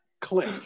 click